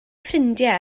ffrindiau